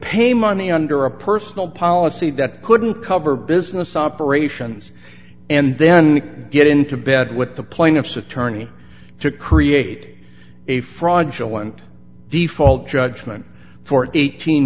pay money under a personal policy that couldn't cover business operations and then get into bed with the plaintiff's attorney to create a fraudulent default judgment for eighteen